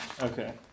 okay